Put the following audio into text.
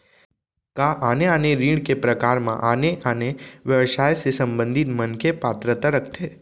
का आने आने ऋण के प्रकार म आने आने व्यवसाय से संबंधित मनखे पात्रता रखथे?